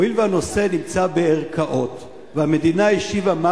הואיל והנושא נמצא בערכאות והמדינה השיבה מה